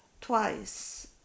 twice